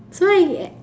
so I